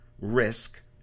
risk